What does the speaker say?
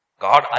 God